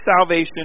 salvation